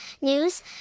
news